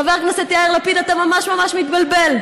חבר הכנסת יאיר לפיד, אתה ממש ממש מתבלבל.